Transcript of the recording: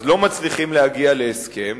אז לא מצליחים להגיע להסכם,